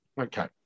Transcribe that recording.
Okay